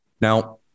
Now